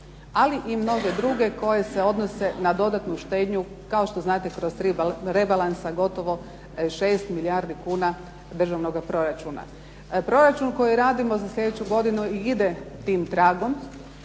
ali i mnoge druge koje se odnose na dodatnu štednju kao što znate kroz tri rebalansa gotovo 6 milijardi kuna državnoga proračuna. Proračun koji radimo za slijedeću godinu ide tim tragom.